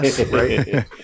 right